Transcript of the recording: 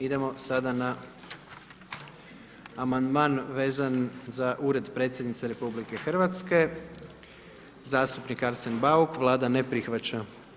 Idemo sada na amandman vezan za Ured Predsjednice RH, zastupnik Arsen Bauk, Vlada ne prihvaća.